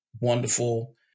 wonderful